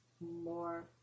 more